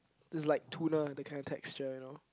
it's like tuna that kind of texture you know